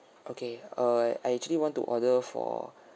okay uh I actually want to order for